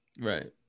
right